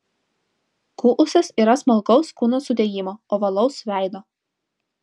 kuusas yra smulkaus kūno sudėjimo ovalaus veido